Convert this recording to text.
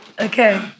Okay